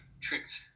tricked